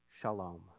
Shalom